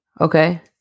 Okay